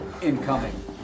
Incoming